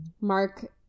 Mark